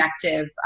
connective